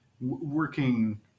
working